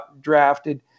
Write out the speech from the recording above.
drafted